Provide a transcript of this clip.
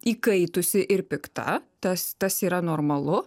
įkaitusi ir pikta tas tas yra normalu